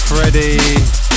Freddie